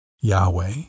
Yahweh